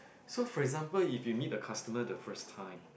so for example if you meet a customer the first time